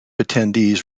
attendees